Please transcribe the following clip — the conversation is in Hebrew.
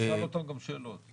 נשאל אותם גם שאלות.